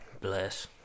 Bless